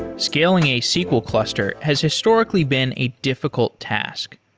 scaling a sql cluster has historically been a difficult task.